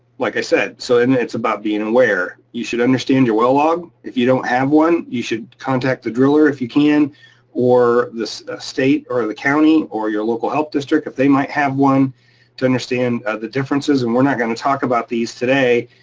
like i said, so and it's about being aware. aware. you should understand your well log. if you don't have one, you should contact the driller if you can or the state or or the county or your local health district if they might have one to understand and the differences. and we're not gonna talk about these today,